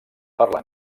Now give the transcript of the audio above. parlar